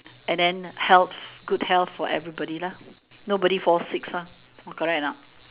and then health good health for everybody lah nobody falls sick lah correct or not